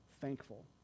thankful